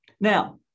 Now